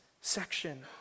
section